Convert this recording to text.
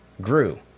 grew